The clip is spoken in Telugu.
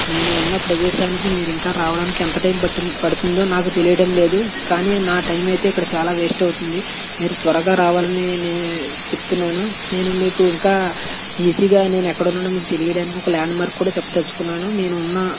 నేను ఉన్న ప్రదేశానికి మీరు ఇంకా రావడానికి ఎంత టైం పట్టింది పడుతుందో నాకు తెలియడం లేదు కానీ నా టైం అయితే ఇక్కడ చాలా వేస్ట్ అవుతుంది మీరు త్వరగా రావాలని నేను చెప్తున్నాను నేను మీకు ఇంకా ఈజీగా నేను ఎక్కడున్నానో మీకు తెలియడానికి ఒక ల్యాండ్మార్క్ కూడా చెప్పదలుచుకున్నాను నేను ఉన్న